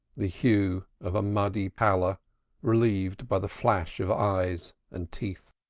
the hue of a muddy pallor relieved by the flash of eyes and teeth.